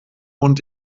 und